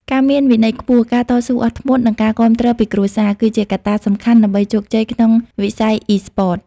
ការមានវិន័យខ្ពស់ ការតស៊ូអត់ធ្មត់ និងការគាំទ្រពីគ្រួសារ គឺជាកត្តាសំខាន់ដើម្បីជោគជ័យក្នុងវិស័យអុីស្ព័ត។